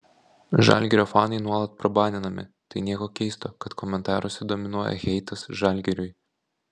žalgirio fanai nuolat prabaninami tai nieko keisto kad komentaruose dominuoja heitas žalgiriui